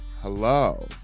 hello